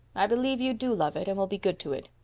i believe you do love it and will be good to it.